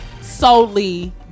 solely